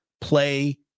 play